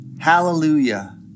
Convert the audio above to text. Hallelujah